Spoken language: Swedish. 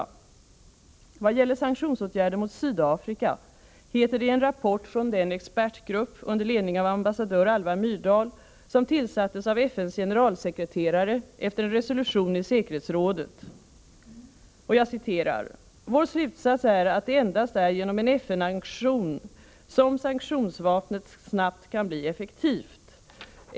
I vad gäller sanktionsåtgärder mot Sydafrika heter det i en rapport från den expertgrupp, under ledning av ambassadör Alva Myrdal, som tillsattes av FN:s generalsekreterare efter en resolution i säkerhetsrådet: ”Vår slutsats är att det endast är genom en FN-aktion som sanktionsvapnet snabbt kan bli effektivt.